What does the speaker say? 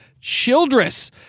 Childress